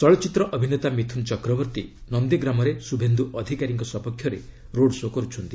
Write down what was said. ଚଳଚ୍ଚିତ୍ର ଅଭିନେତା ମିଥୁନ୍ ଚକ୍ରବର୍ତ୍ତୀ ନନ୍ଦିଗ୍ରାମରେ ଶୁଭେନ୍ଦୁ ଅଧିକାରୀଙ୍କ ସପକ୍ଷରେ ରୋଡ ଶୋ' କରୁଛନ୍ତି